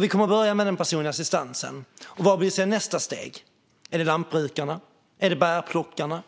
Vi kommer att börja med den personliga assistansen, men vad är nästa steg? Är det lantbrukarna? Är det bärplockarna?